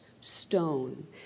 stone